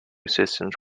systems